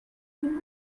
been